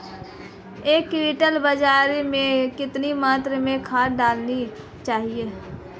एक क्विंटल बाजरे में कितनी मात्रा में खाद डालनी चाहिए?